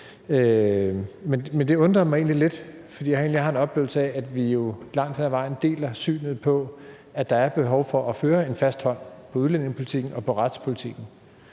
men det undrede mig egentlig lidt, fordi jeg har en oplevelse af, at vi jo langt hen ad vejen deler synet på, at der er behov for at føre en fast udlændingepolitik og retspolitik.